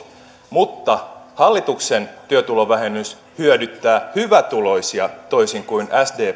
mutta hallituksen työtulovähennys hyödyttää hyvätuloisia toisin kuin